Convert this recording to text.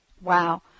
Wow